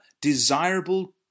desirable